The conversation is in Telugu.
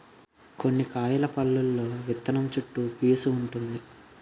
కొన్ని కాయల పల్లులో విత్తనం చుట్టూ పీసూ వుంటుంది